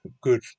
good